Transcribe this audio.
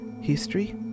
History